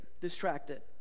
distracted